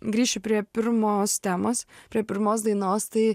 grįšiu prie pirmos temos prie pirmos dainos tai